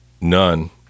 none